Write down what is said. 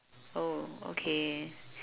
oh okay